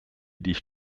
dich